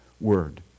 word